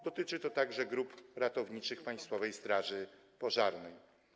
Dotyczy to także grup ratowniczych Państwowej Straży Pożarnej.